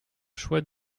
choix